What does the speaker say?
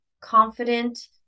confident